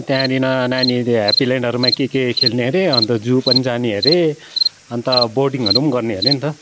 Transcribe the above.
त्यहाँनिर नानीहरूले हेप्पी ल्यान्डहरूमा के के खेल्ने अरे अन्त जू पनि जाने हरे अन्त बोटिङहरू पनि गर्ने हरे नि त